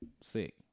sick